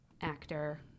actor